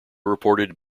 reported